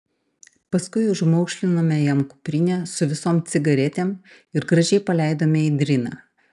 paskui užmaukšlinome jam kuprinę su visom cigaretėm ir gražiai paleidome į driną